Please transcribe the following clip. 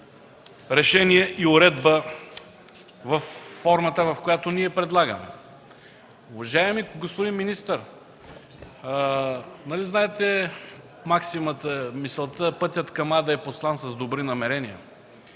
законово решение и уредба във формата, в която ние предлагаме. Уважаеми господин министър, нали знаете максимата – „Пътят към ада е постлан с добри намерения”.